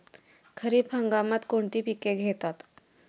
खरीप हंगामात कोणती पिके घेतात?